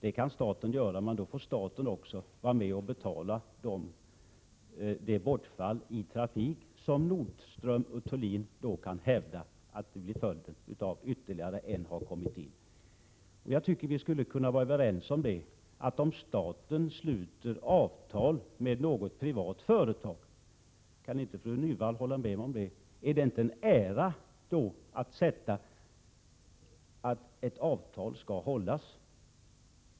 I så fall får staten vara med och betala det bortfall i trafiken som Nordström & Thulin kan hävda blir följden om ytterligare ett företag kommer in i bilden. Kan inte fru Hasselström Nyvall hålla med mig att om staten sluter avtal med något privat företag, så är det en ära att slå vakt om principen att avtal skall hållas?